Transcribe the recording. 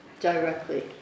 directly